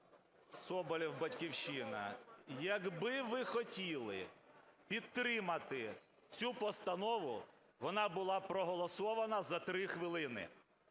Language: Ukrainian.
Соболєв, "Батьківщина". Якби ви хотіли підтримати цю постанову, вона була б проголосована за три хвилини.